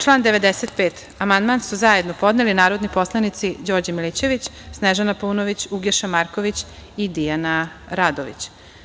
član 95. amandman su zajedno podneli narodni poslanici Đorđe Milićević, Snežana Paunović, Uglješa Marković i Dijana Radović.